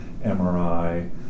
MRI